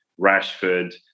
Rashford